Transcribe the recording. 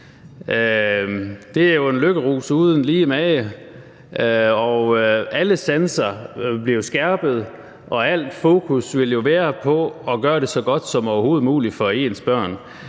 Det er jo en lykkerus uden lige og uden mage, og alle sanser bliver jo skærpede, og al fokus vil være på at gøre det så godt som overhovedet muligt for ens børn.